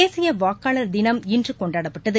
தேசிய வாக்காளர் தினம் இன்று கொண்டாடப்பட்டது